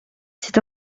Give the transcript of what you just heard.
c’est